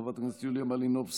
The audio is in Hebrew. חברת הכנסת יוליה מלינובסקי,